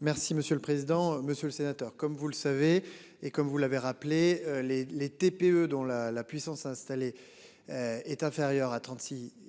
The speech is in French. Merci monsieur le président, monsieur le sénateur, comme vous le savez et comme vous l'avez rappelé les les TPE dont la, la puissance installée. Est inférieur à 36